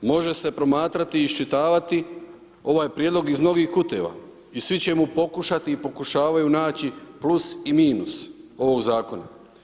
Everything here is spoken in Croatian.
Može se promatrati i iščitavati ovaj prijedlog iz novih kuteva i svi ćemo pokušati i pokušavaju naći plus i minus ovog zakona.